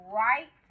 right